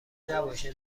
نباشه